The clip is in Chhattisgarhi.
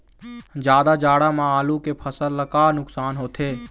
जादा जाड़ा म आलू के फसल ला का नुकसान होथे?